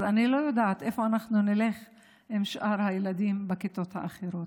אז אני לא יודעת לאיפה נלך עם שאר הילדים מהכיתות האחרות.